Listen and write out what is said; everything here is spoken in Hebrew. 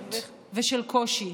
נחשלות ושל קושי.